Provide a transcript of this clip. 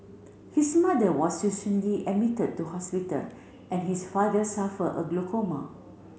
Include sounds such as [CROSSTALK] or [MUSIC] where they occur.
his mother was [UNINTELLIGIBLE] admitted to hospital and his father suffer a glaucoma